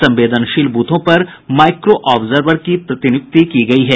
संवेदनशील ब्रथों पर माईक्रो आब्जर्वर की प्रतिनियुक्ति की गयी है